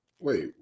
wait